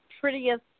prettiest